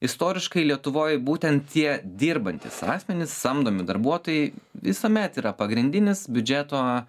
istoriškai lietuvoj būtent tie dirbantys asmenys samdomi darbuotojai visuomet yra pagrindinis biudžeto